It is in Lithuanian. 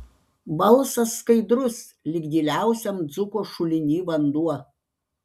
balsas skaidrus lyg giliausiam dzūko šuliny vanduo